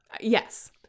Yes